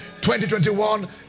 2021